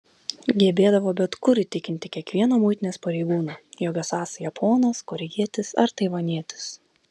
gebėdavo bet kur įtikinti kiekvieną muitinės pareigūną jog esąs japonas korėjietis ar taivanietis